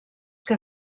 que